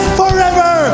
forever